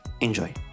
Enjoy